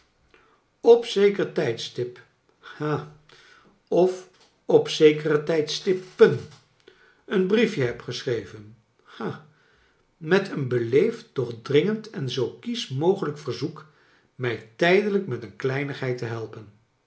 op zeker tijdstip ha of op zekere tijdstippen een brief je heb geschreven ha met een beleefd doch dringend en zoo kiesch mogelijk verzoek mij tijdelijk met een kleinigheid te lielpen